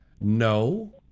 No